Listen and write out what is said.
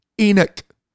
Enoch